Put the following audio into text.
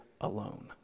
alone